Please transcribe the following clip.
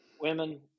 women